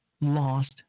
lost